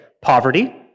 Poverty